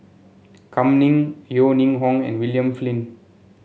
Kam Ning Yeo Ning Hong and William Flint